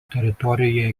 teritorijoje